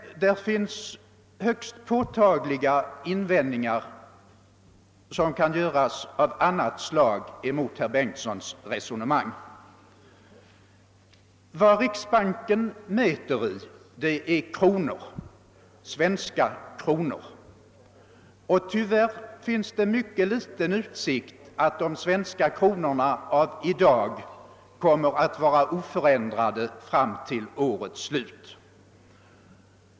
Högst konkreta invändningar av annat slag kan emellertid göras mot herr Bengtssons resonemang. Riksbanken mäter i svenska kronor. Tyvärr är utsikten mycket liten att den svenska kronans värde kommer att vara oförändrat fram till årets slut.